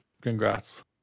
congrats